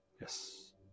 Yes